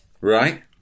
Right